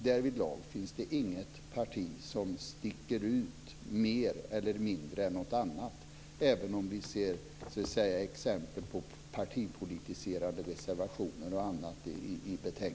Därvidlag sticker inget parti ut mer eller mindre än något annat, även om vi ser exempel på partipolitiserande reservationer o.d. i betänkandet.